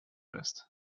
lässt